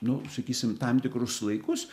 nu sakysim tam tikrus laikus